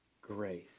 grace